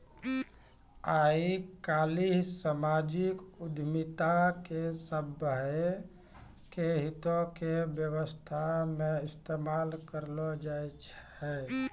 आइ काल्हि समाजिक उद्यमिता के सभ्भे के हितो के व्यवस्था मे इस्तेमाल करलो जाय छै